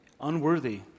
unworthy